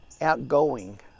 outgoing